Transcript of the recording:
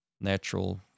natural